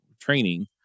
training